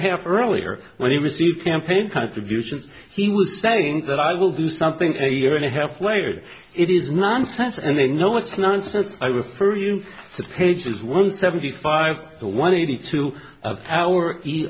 half earlier when he received campaign contributions he was saying that i will do something a year and a half later it is nonsense and they know it's nonsense i refer you to pages one seventy five to one eighty two of power